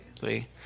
See